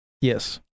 Yes